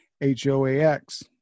H-O-A-X